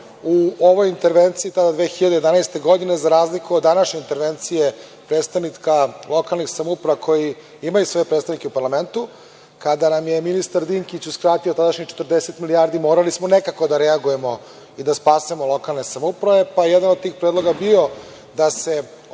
u ovoj intervenciji tada 2011. godine, za razliku od današnje intervencije predstavnika lokalnih samouprava koji imaju svoje predstavnike u parlamentu, kada nam je ministar Dinkić uskratio tadašnjih 40 milijardi. Morali smo nekako da reagujemo i da spasimo lokalne samouprave, pa je jedan od tih predloga bio da se